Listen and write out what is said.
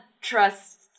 trust